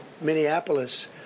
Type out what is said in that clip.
Minneapolis